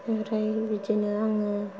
ओमफ्राय बिदिनो आङो